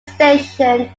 station